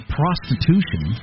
prostitution